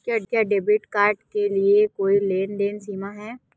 क्या debit card के लिए कोई लेनदेन सीमा है?